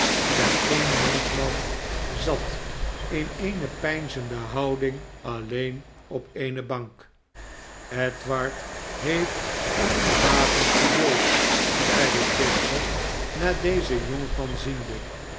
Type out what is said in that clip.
en e'en jonkman zat in eene peinzende houding alleen op eene bank edward heeft een verbazend geduld zeide chester naar dezen jonkman ziende